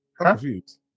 confused